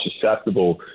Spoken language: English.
susceptible